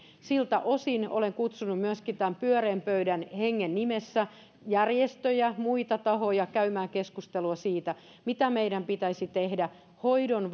kuin nykyään siltä osin olen kutsunut myöskin tämän pyöreän pöydän hengen nimessä järjestöjä ja muita tahoja käymään keskustelua siitä mitä meidän pitäisi tehdä hoidon